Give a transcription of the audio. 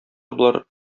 болар